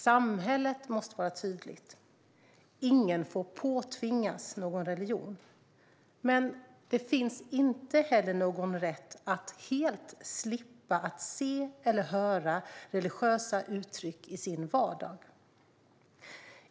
Samhället måste vara tydligt: Ingen får påtvingas någon religion, men det finns inte heller någon rätt att helt slippa att se eller höra religiösa uttryck i sin vardag.